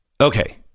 Okay